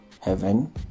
heaven